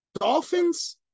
Dolphins